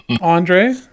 Andre